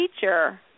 teacher